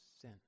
sin